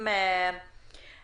הבנתי שאת מרכזת את השולחן העגול.